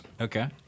Okay